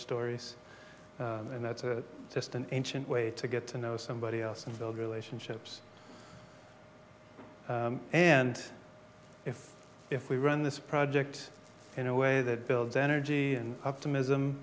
stories and that's just an ancient way to get to know somebody else and build relationships and if if we run this project in a way that builds energy and optimism